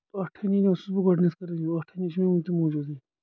ٲٹھٲنی اوسُس بہٕ گۄڈٕنیٚتھ کران یوٗز ٲٹھٲنی چھ مےٚ وٕنۍ تہِ موٗجوٗدے